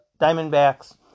Diamondbacks